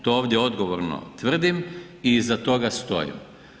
To ovdje odgovorno tvrdim i iza toga stojim.